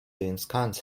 ensconce